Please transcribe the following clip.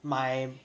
my